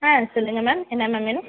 ஆ சொல்லுங்க மேம் என்ன மேம் வேணும்